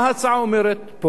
מה ההצעה פה אומרת?